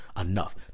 enough